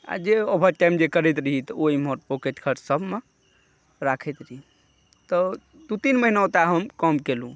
आ जे overtime जे करैत रही तऽ ओ एम्हर पॉकेट खर्च सबमे राखैत रही तऽ दू तीन महिना ओतऽ हम काम केलहुँ